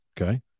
Okay